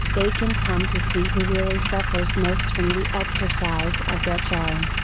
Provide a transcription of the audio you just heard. they can come to see who really suffers most from the exercise of their charm.